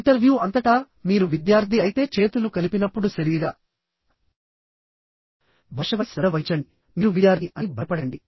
interview అంతటా మీరు విద్యార్థి అయితే చేతులు కలిపినప్పుడు శరీర భాషపై శ్రద్ధ వహించండి మీరు విద్యార్థి అని భయపడకండి